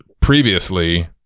previously